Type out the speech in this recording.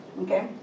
okay